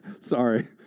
sorry